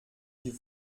die